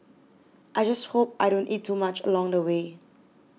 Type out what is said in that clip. I just hope I don't eat too much along the way